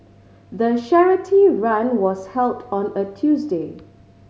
the charity run was held on a Tuesday